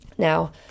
Now